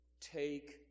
take